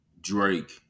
Drake